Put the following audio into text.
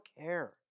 care